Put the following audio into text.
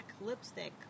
lipstick